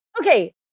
Okay